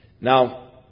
Now